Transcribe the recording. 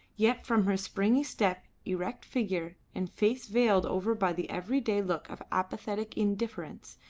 yet from her springy step, erect figure, and face veiled over by the everyday look of apathetic indifference,